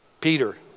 Peter